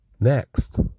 next